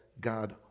God